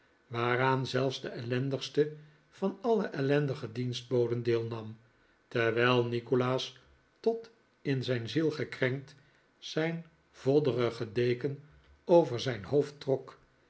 waaraan zelfs de ellendigste van alle ellendige dienstboden deelnam terwijl nikolaas tot in zijn ziel gekrenkt zijn vodderige deken over zijn hoofd trok